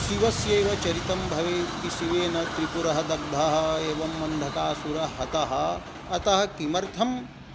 शिवस्यैव चरितं भवेत् कि शिवेन त्रिपुरः दग्धः एवम् अन्धकासुरः हतः अतः किमर्थं